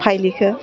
फाइलिखौ